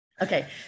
Okay